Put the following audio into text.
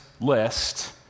list